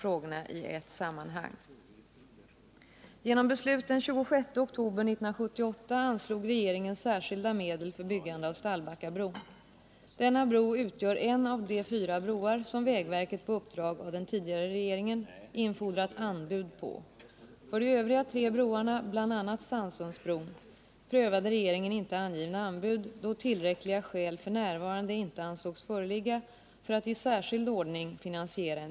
Regeringen har emellertid nu beslutat att anslå 130 milj.kr. till byggande av en enda bro, Stallbackabron i Trollhättan. Detta skulle kunna frigöra medel för verket att tidigarelägga även andra broar. Enligt vägverket kan detta ske för högst två broar, Lullehovsbron i Stockholms län och Strängnäsbron i Södermanlands län. Därmed hamnar hela effekten av de statliga insatserna i södra delarna av landet.